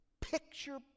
picture